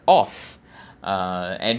off uh and